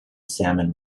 salmon